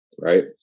Right